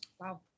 Wow